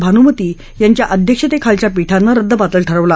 भानूमती यांच्या अध्यक्षतखीलाच्या पीठानं रद्दबातल ठरवला